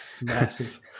massive